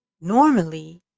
normally